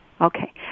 Okay